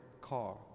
car